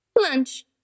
Lunch